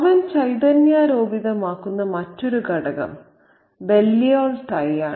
അവൻ ചൈതന്യരോപിതമാക്കുന്ന മറ്റൊരു ഘടകം ബല്ലിയോൾ ടൈയാണ്